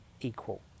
equal